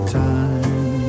time